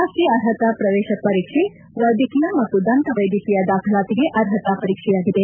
ರಾಷ್ಷೀಯ ಅರ್ಹತಾ ಪ್ರವೇಶ ಪರೀಕ್ಷೆ ಅಥವಾ ಎನ್ ಇಇಟಿ ವೈದ್ಯಕೀಯ ಮತ್ತು ದಂತ ವೈದ್ಯಕೀಯ ದಾಖಲಾತಿಗೆ ಅರ್ಹತಾ ಪರೀಕ್ಷೆಯಾಗಿದೆ